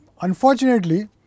unfortunately